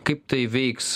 kaip tai veiks